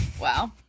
Wow